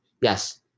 Yes